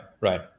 right